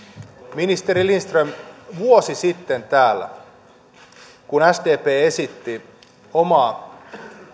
ministeri lindström vuosi sitten täällä kun sdp esitti omaa